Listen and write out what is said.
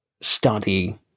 study